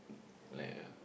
like uh